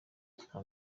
nta